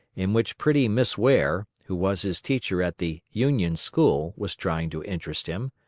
in which pretty miss ware, who was his teacher at the union school, was trying to interest him,